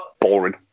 boring